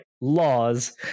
laws